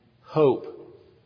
hope